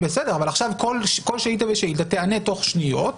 אבל עכשיו כל שאילתא תיענה תוך שניות.